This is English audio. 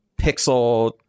pixel